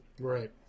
Right